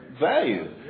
value